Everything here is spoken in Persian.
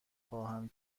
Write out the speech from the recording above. خواهم